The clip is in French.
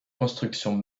construction